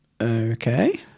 Okay